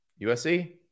USC